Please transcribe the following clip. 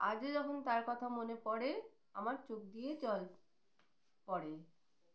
আজও যখন তার কথা মনে পড়ে আমার চোখ দিয়ে জল পড়ে